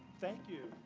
thank you.